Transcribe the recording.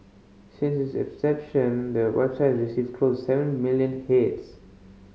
since its inception the website received close seven million hits